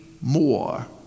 more